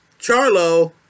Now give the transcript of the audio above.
Charlo